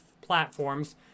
platforms